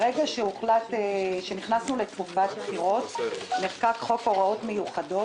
ברגע שנכנסנו לתקופת בחירות נחקק חוק הוראות מיוחדות